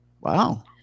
Wow